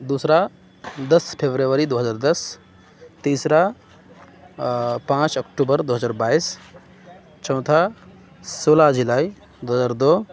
دوسرا دس فیبروری دو ہزا دس تیسرا پانچ اکتوبر دو ہزار بائیس چوتھا سولہ جلائی دو ہزار دو